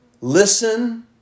Listen